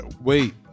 Wait